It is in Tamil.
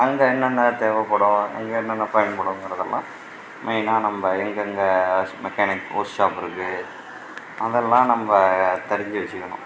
அங்கே என்னென்ன தேவைப்படும் அங்கே என்னென்ன பயன்படுங்கிறதெல்லாம் மெயினாக நம்ப எங்கெங்கே மெக்கானிக் ஒர்க்ஷாப் இருக்குது அதெல்லாம் நம்ப தெரிஞ்சு வச்சுக்கணும்